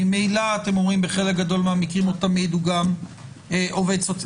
ממילא אתם אומרים שבחלק גדול מהמקרים הוא גם עובד סוציאלי,